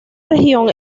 región